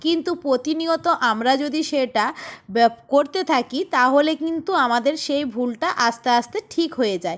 কিন্তু প্রতিনিয়ত আমরা যদি সেটা ব্য করতে থাকি তাহলে কিন্তু আমাদের সেই ভুলটা আস্তে আস্তে ঠিক হয়ে যায়